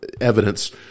evidence